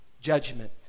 judgment